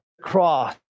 cross